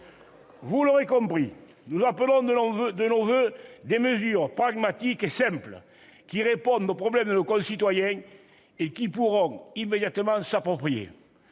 Vous l'aurez compris, nous appelons de nos voeux des mesures pragmatiques et simples, qui répondent aux problèmes de nos concitoyens et que ces derniers pourront immédiatement s'approprier